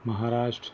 Maharashtra